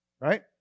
right